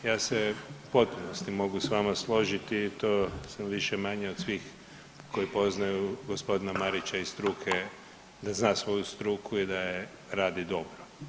Ja se u potpunosti mogu s vama složiti i to sam više-manje od svih koji poznaju gospodina Marića iz struke, da zna svoju struku i da radi dobro.